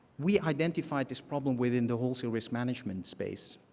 we identified this problem within the wholesale risk management space,